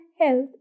health